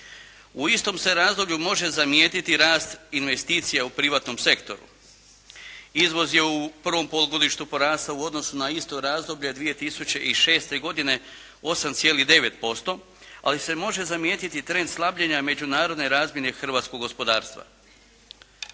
U istom se razdoblju može zamijetiti rast investicija u privatnom sektoru. Izvoz je u prvom polugodištu porastao u odnosu na isto razdoblje 2006. godine 8,9%. Ali se može zamijetiti trend slabljenja međunarodne razmjene hrvatskog gospodarstva.